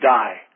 die